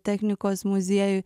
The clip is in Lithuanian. technikos muziejuj